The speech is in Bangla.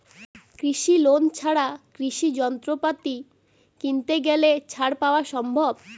কৃষি লোন ছাড়া কৃষি যন্ত্রপাতি কিনতে গেলে ছাড় পাওয়া সম্ভব?